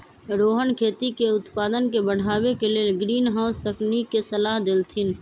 रोहन खेती के उत्पादन के बढ़ावे के लेल ग्रीनहाउस तकनिक के सलाह देलथिन